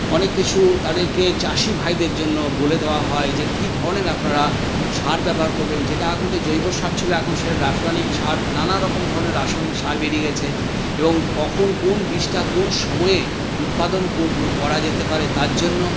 অনেক কিছু তাদেরকে চাষি ভাইদের জন্য বলে দেওয়া হয় যে কি ধরনের আপনারা সার ব্যাবহার করবেন যেটা আমাদের জৈব সার ছিল এখন সেটা রাসায়নিক সার নানারকম ধরনের রাসায়নিক সার বেরিয়ে গেছে এবং কখন কোন বীজটা কোন সময়ে উৎপাদন ক করা যেতে পারে তার জন্য